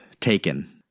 Taken